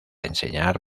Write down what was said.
enseñar